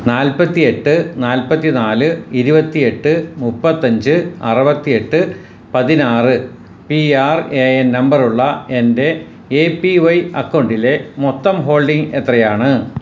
നാൽപ്പത്തിയെട്ട് നാൽപ്പത്തി നാല് ഇരുപത്തിയെട്ട് മുപ്പത്തഞ്ച് അറുപത്തിയെട്ട് പതിനാറ് പി ആർ എ എൻ നമ്പറുള്ള എൻ്റെ എ പി വൈ അക്കൗണ്ടിലെ മൊത്തം ഹോൾഡിംഗ് എത്രയാണ്